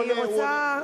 אני רוצה,